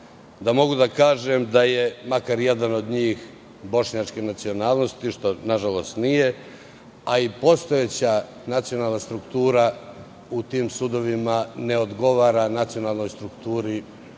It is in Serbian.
da mogu da kažem da je makar jedan od njih bošnjačke nacionalnosti, što nažalost nije. Postojeća nacionalna struktura u tim sudovima ne odgovara nacionalnoj strukturi